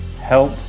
help